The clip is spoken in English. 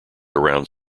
around